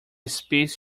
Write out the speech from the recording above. space